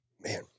Man